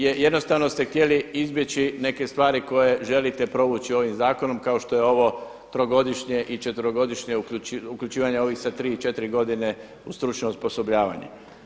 Jer jednostavno ste htjeli izbjeći neke stvari koje želite provući ovim zakonom kao što je ovo trogodišnje i četverogodišnje uključivanje ovih sa tri i četiri godine u stručno osposobljavanje.